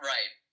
Right